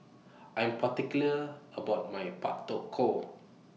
I Am particular about My Pak Thong Ko